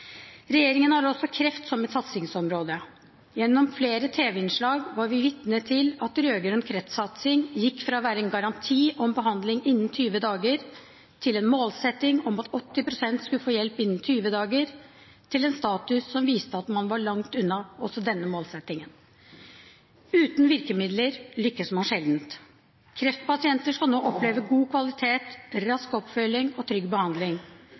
Regjeringen har også kreft som et satsingsområde. Gjennom flere tv-innslag har vi vært vitne til at rød-grønn kreftsatsing har gått fra å være en garanti om behandling innen 20 dager, til en målsetting om at 80 pst. skulle få hjelp innen 20 dager, til en status som viste at man var langt unna også denne målsettingen. Uten virkemidler lykkes man sjelden. Kreftpasienter skal nå oppleve god kvalitet, rask oppfølging og trygg behandling.